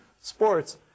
sports